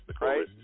right